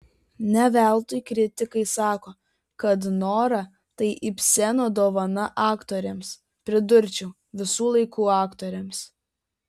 ne veltui kritikai sako kad nora tai ibseno dovana aktorėms pridurčiau visų laikų aktorėms